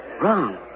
wrong